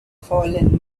fallen